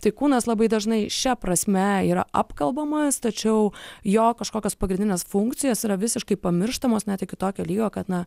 tai kūnas labai dažnai šia prasme yra apkalbamas tačiau jo kažkokios pagrindinės funkcijos yra visiškai pamirštamos net iki tokio lygio kad na